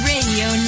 Radio